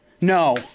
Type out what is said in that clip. No